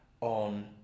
on